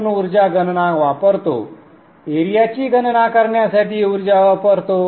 आपण ऊर्जा गणना वापरतो एरियाची गणना करण्यासाठी ऊर्जा वापरतो